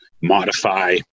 modify